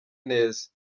neza